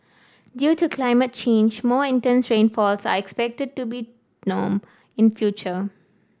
due to climate change more intense rainfalls are expected to be norm in future